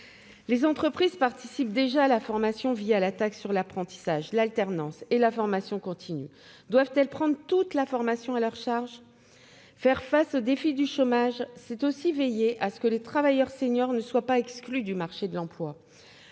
Les entreprises participent déjà à la formation la taxe d'apprentissage, l'alternance et la formation continue. Doivent-elles prendre toute la formation à leur charge ? Faire face au défi du chômage, c'est aussi veiller à ce que les travailleurs seniors ne soient pas exclus du marché de l'emploi.